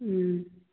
ꯎꯝ